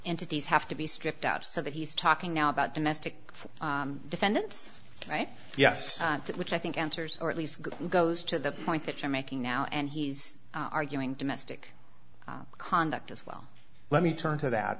entities have to be stripped out so that he's talking now about domestic defendants right yes which i think answers or at least goes to the point that you're making now and he's arguing domestic conduct as well let me turn to that